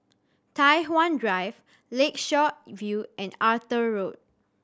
Tai Hwan Drive Lakeshore View and Arthur Road